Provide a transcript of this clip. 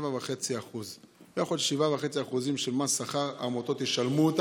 7.5%. 7.5% של מס שכר העמותות ישלמו,